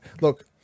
Look